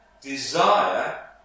desire